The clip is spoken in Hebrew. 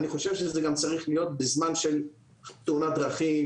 אני חושב שזה גם צריך להיות בזמן של תאונת דרכים,